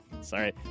Sorry